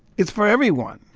it's for everyone.